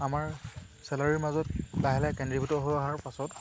আমাৰ চেলাউৰীৰ মাজত লাহে লাহে কেন্দ্ৰ্ৰীভূত হৈ অহাৰ পাছত